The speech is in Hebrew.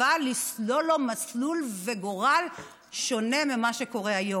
אבל לסלול לו מסלול וגורל שונים ממה שקורה היום.